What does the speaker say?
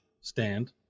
stand